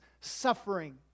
suffering